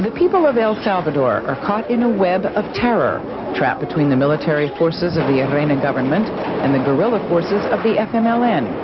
but people of of salvador are caught in a web of terror trapped between the military forces of the arena government and the guerrilla forces of the fmln.